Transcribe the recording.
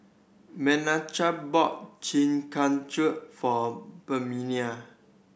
Menachem bought Chi Kak Kuih for Permelia